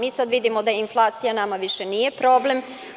Mi sada vidimo da inflacija nama više nije problem.